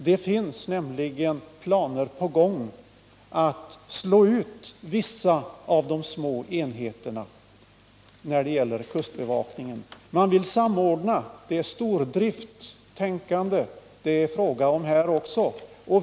Det finns nämligen planer på att slå ut vissa av de små enheterna när det gäller kustbevakningen. Man vill samordna. Det är stordrifttänkande det är fråga om här också.